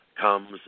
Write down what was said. comes